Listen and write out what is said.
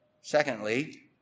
secondly